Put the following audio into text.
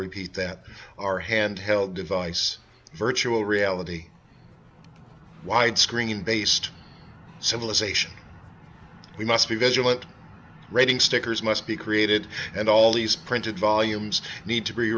repeat that our hand held device virtual reality widescreen based civilization we must be vigilant reading stickers must be created and all these printed volumes need to be